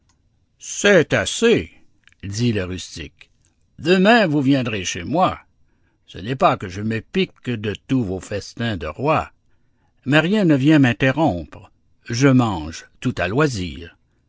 c'est assez dit le rustique demain vous viendrez chez moi ce n'est pas que je me pique de tous vos festins de roi mais rien ne vient m'interrompre je mange tout à loisir